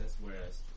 Whereas